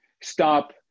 stop